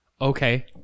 Okay